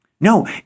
No